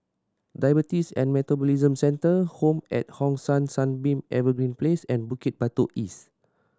Diabetes and Metabolism Centre Home at Hong San Sunbeam Evergreen Place and Bukit Batok East